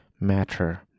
Matter